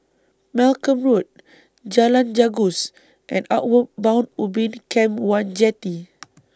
Malcolm Road Jalan Janggus and Outward Bound Ubin Camp one Jetty